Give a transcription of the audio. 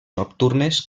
nocturnes